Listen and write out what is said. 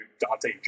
Dante